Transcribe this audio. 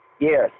Yes